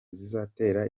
zizatera